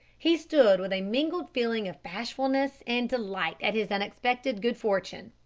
he stood with a mingled feeling of bashfulness and delight at his unexpected good fortune.